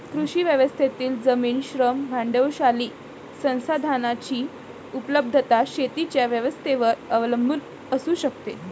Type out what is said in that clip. कृषी व्यवस्थेतील जमीन, श्रम, भांडवलशाही संसाधनांची उपलब्धता शेतीच्या व्यवस्थेवर अवलंबून असू शकते